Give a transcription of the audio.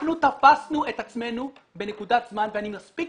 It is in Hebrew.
אנחנו תפסנו את עצמנו בנקודה זמן ואני מספיק